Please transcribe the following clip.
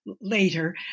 later